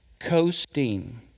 Coasting